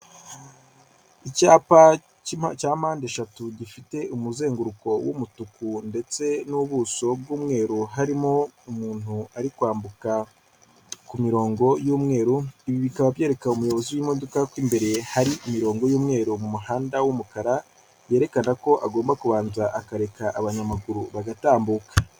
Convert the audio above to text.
Icyapa cya mpandeshatu gifite umuzenguruko w'umutuku ndetse n'ubuso bw'umweru harimo umuntu ari kwambuka kumirongo y'umweru, ibi bikaba byekana umuyobozi w'imodoka ko imbere hari imirongo y'umweru mu muhanda w'umukara, yerekana ko agomba kubanza akareka abanyamaguru bagatambuka.